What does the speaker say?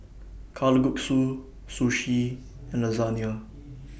Kalguksu Sushi and Lasagna